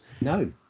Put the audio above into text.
No